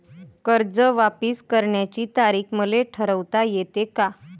कर्ज वापिस करण्याची तारीख मले ठरवता येते का?